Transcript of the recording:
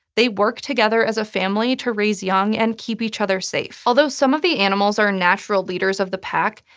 they work together as a family to raise young and keep each other safe. although some of the animals are natural leaders of the pack,